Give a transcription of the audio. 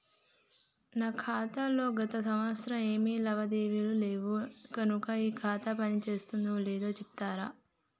నా ఖాతా లో గత సంవత్సరం ఏమి లావాదేవీలు లేవు కనుక నా ఖాతా పని చేస్తుందో లేదో చెప్తరా?